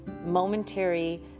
momentary